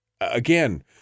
again